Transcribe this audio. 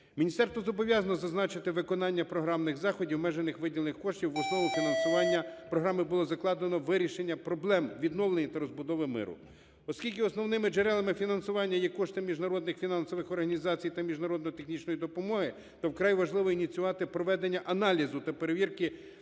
Міністерство зобов'язано зазначити виконання програмних заходів в межах виділених коштів. В основу фінансування програми було закладено вирішення проблем відновлення та розбудови миру. Оскільки основними джерелами фінансування є кошти міжнародних фінансових організацій та міжнародно-технічної допомоги, то вкрай важливо ініціювати проведення аналізу та перевірки